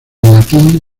latín